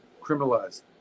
criminalized